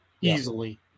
easily